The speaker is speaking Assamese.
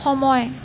সময়